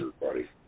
buddy